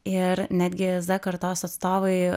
ir netgi z kartos atstovai